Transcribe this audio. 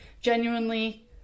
genuinely